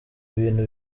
ibintu